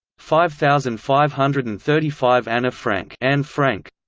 five thousand five hundred and thirty five annefrank and annefrank